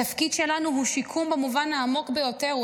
התפקיד שלנו הוא שיקום במובן העמוק ביותר,